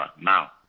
Now